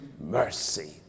mercy